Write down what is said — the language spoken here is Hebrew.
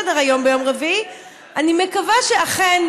אני מקווה שלא.